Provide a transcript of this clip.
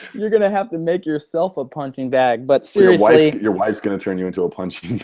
you're going to have to make yourself a punching bag but seriously. your wife's going to turn you into a punching